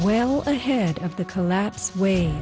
well ahead of the collapse way